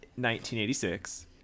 1986